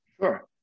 Sure